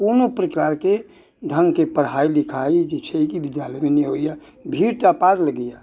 कोनो प्रकार के ढङ्ग के पढ़ाइ लिखाइ जे छै कि बिद्यालय मे नहि होइया भीड़ तऽ अपार लगैया